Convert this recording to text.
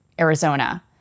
Arizona